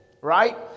right